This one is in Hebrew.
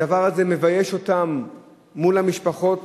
הדבר הזה מבייש אותם מול המשפחות.